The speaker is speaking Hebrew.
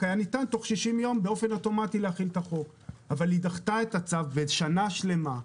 היא דחתה את הצו בשנה שלמה,